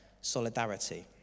solidarity